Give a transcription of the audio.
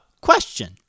question